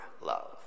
love